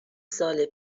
سال